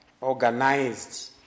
organized